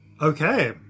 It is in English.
okay